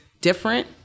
different